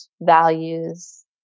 values